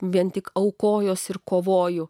vien tik aukojosi ir kovoju